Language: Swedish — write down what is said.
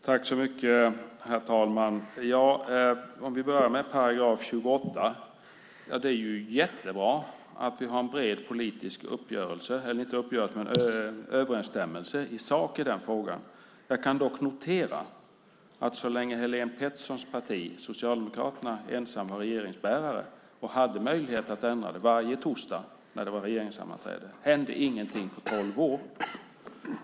Herr talman! Vi kan börja med § 28. Ja, det är ju jättebra att vi har en bred politisk överensstämmelse i sak i den frågan. Jag kan dock notera att så länge Helén Petterssons parti, Socialdemokraterna, ensamt var regeringsbärare och hade möjlighet att ändra den varje torsdag när det var regeringssammanträde hände ingenting på tolv år.